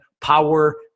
power